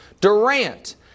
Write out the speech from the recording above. Durant